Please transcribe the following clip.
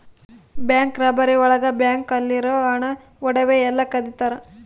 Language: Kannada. ಬ್ಯಾಂಕ್ ರಾಬರಿ ಒಳಗ ಬ್ಯಾಂಕ್ ಅಲ್ಲಿರೋ ಹಣ ಒಡವೆ ಎಲ್ಲ ಕದಿತರ